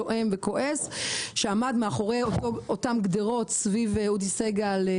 היה שם המון זועם וכועס שעמד מאחורי אותם גדרות סביב אודי סגל.